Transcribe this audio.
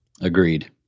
Agreed